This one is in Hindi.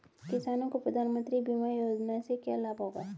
किसानों को प्रधानमंत्री बीमा योजना से क्या लाभ होगा?